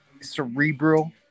Cerebral